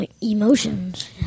Emotions